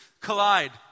collide